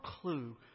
clue